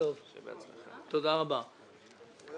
רואה